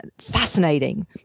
fascinating